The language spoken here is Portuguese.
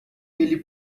ele